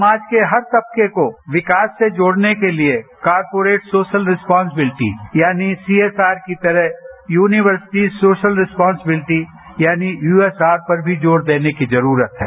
समाज के हर तबके को विकास से जोड़ने के लिए कॉर्पोरेट सोशल रिसपोंसविलिटी यानी सीएसआर की तरह यूनिर्सिटी सोशल रिसपोंसविलिटी यानी यूएसआर पर भी जोर देने की जरूरत है